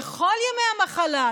וכל ימי המחלה,